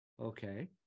Okay